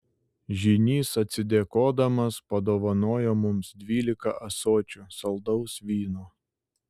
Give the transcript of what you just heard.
žynys atsidėkodamas padovanojo mums dvylika ąsočių saldaus vyno